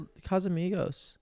Casamigos